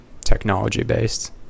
technology-based